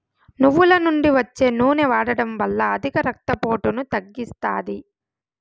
నువ్వుల నుండి వచ్చే నూనె వాడడం వల్ల అధిక రక్త పోటును తగ్గిస్తాది